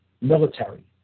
military